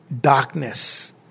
darkness